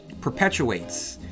perpetuates